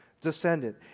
Descendant